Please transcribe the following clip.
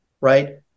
right